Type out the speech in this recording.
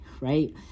right